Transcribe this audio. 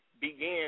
Began